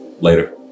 Later